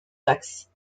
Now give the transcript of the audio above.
taxe